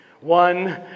one